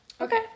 Okay